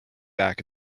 back